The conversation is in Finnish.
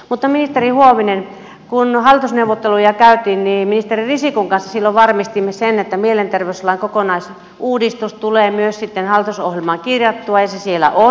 mutta ministeri huovinen kun hallitusneuvotteluja käytiin niin ministeri risikon kanssa silloin varmistimme sen että mielenterveyslain kokonaisuudistus tulee myös sitten hallitusohjelmaan kirjattua ja se siellä on